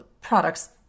products